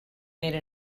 made